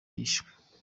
yishwe